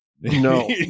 No